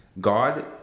God